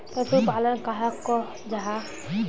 पशुपालन कहाक को जाहा?